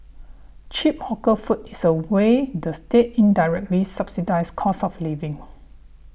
cheap hawker food is a way the state indirectly subsidises cost of living